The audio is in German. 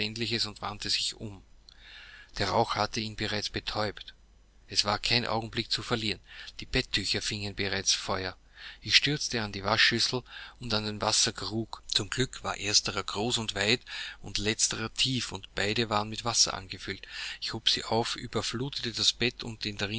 und wandte sich um der rauch hatte ihn bereits betäubt es war kein augenblick zu verlieren die betttücher fingen bereits feuer ich stürzte an die waschschüssel und an den wasserkrug zum glück war erstere groß und weit letzterer tief und beide waren mit wasser angefüllt ich hob sie auf überflutete das bett und den